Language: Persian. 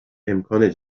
امکان